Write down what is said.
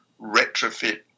retrofit